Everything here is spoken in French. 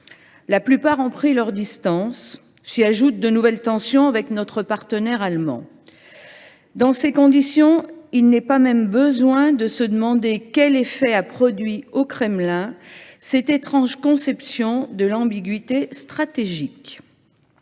eux ont pris leurs distances. À cela s’ajoutent de nouvelles tensions avec notre partenaire allemand. Dans ces conditions, il n’est même pas besoin de se demander quel effet a produit au Kremlin cette étrange conception de l’ambiguïté stratégique…